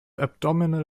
abdominal